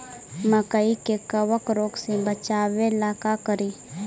मकई के कबक रोग से बचाबे ला का करि?